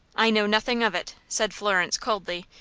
i know nothing of it, said florence, coldly,